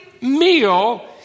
meal